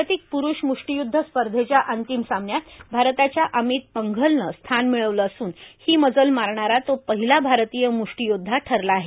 जागतिक प्रूष म्ष्ठीय्द्ध स्पर्धेच्या अंतिम सामन्यात भारताच्या अमित पंघलनं स्थान मिळवलं असून ही मजल मारणारा तो पहिला भारतीय मुष्ठीयोदधा ठरला आहे